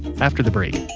after the break